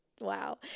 wow